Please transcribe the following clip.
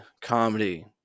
comedy